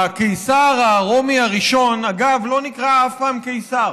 הקיסר הרומי הראשון, אגב, לא נקרא אף פעם קיסר,